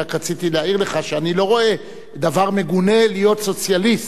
רק רציתי להעיר לך שאני לא רואה דבר מגונה בלהיות סוציאליסט,